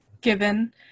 given